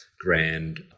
grand